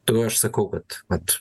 tai aš sakau kad vat